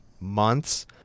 months